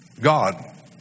God